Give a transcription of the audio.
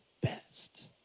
best